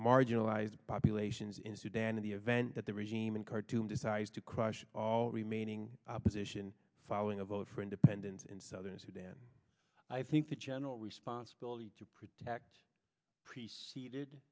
marginalized populations in sudan in the event that the regime in khartoum decides to crush the remaining opposition following a vote for independence in southern sudan i think the general responsibility to protect preceded